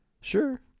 Sure